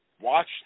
Watch